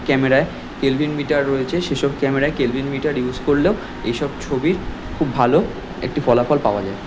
ক্যামেরায় kelvin meter রয়েছে সে সব ক্যামেরায় কেলভিন মিটার ইউস করলেও এই সব ছবি খুব ভালো একটি ফলাফল পাওয়া যায়